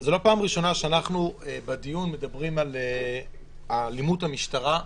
זו לא פעם ראשונה שאנחנו בדיון מדברים על אלימות המשטרה,